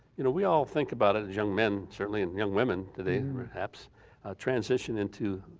you know, we all think about it as young men, certainly in young women today perhaps, our transition into